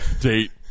date